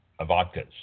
vodkas